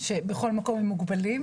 שבכל מקום הם מוגבלים,